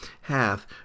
hath